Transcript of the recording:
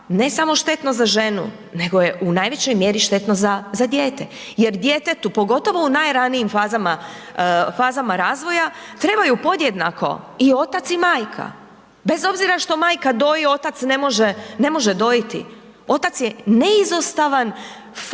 ne samo štetno za ženu nego je u najvećoj mjeri štetno za, za dijete jer djetetu, pogotovo u najranijim fazama, fazama razvoja, trebaju podjednako i otac i majka bez obzira što majka doji, otac ne može, ne može dojiti. Otac je neizostavan faktor,